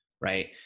right